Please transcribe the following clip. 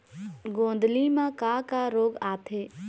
गोंदली म का का रोग आथे?